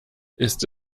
ist